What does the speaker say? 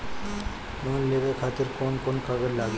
Loan लेवे खातिर कौन कौन कागज लागी?